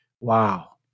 Wow